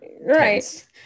right